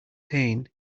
pain